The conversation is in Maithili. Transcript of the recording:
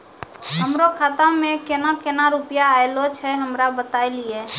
हमरो खाता मे केना केना रुपैया ऐलो छै? हमरा बताय लियै?